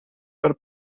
per